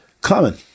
common